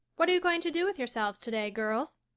what are you going to do with yourselves today, girls?